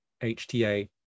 HTA